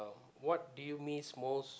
what do you miss most